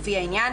לפי העניין,